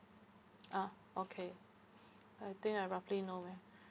ah okay I think I roughly know